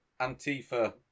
Antifa